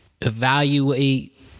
evaluate